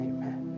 Amen